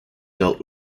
dealt